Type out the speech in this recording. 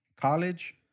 college